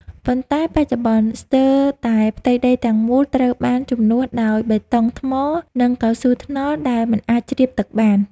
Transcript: ប៉ុន្តែបច្ចុប្បន្ន ស្ទើរតែផ្ទៃដីទាំងមូលត្រូវបានជំនួសដោយបេតុង ថ្ម និងកៅស៊ូថ្នល់ដែលមិនអាចជ្រាបទឹកបាន។